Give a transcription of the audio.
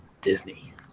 Disney